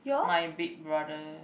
my big brother